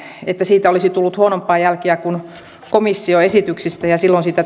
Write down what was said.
että siitä olisi tullut huonompaa jälkeä kuin komission esityksistä ja silloin siitä